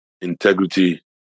integrity